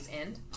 End